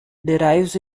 derives